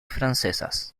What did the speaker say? francesas